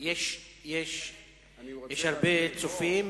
ו-20 לא טופלו מחוסר